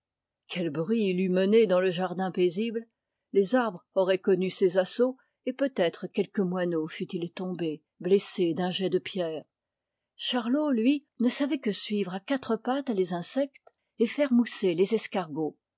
quel bruit il eût mené dans le jardin paisible les arbres auraient connu ses assauts et peut-être quelque moineau fût-il tombé blessé d'un jet de pierre charlot lui ne savait que suivre à quatre pattes les insectes et faire mousser lçs escargots